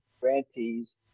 grantees